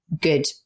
good